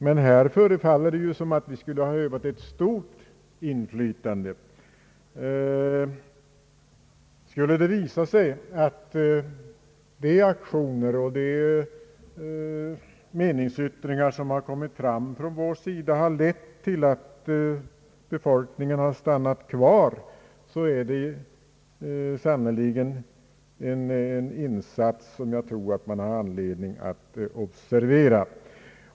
Men här förefaller det som om vi skulle ha utövat ett stort inflytande. Skulle det visa sig att de aktioner som vi gjort och de meningar som vi givit uttryck åt har lett till ati befolkningen stannat kvar, är detta sannerligen en insats som det finns anledning att observera.